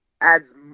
adds